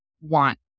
want